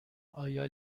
آیا